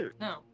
No